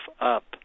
up